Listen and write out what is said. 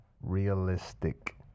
realistic